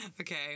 Okay